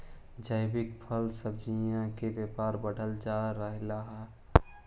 जैविक फल सब्जियन के व्यापार बढ़ल जा रहलई हे